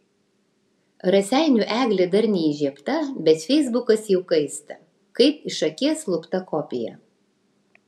raseinių eglė dar neįžiebta bet feisbukas jau kaista kaip iš akies lupta kopija